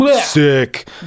sick